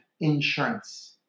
insurance